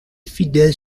fidèles